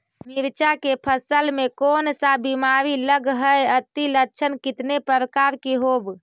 मीरचा के फसल मे कोन सा बीमारी लगहय, अती लक्षण कितने प्रकार के होब?